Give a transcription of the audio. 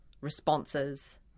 responses